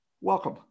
welcome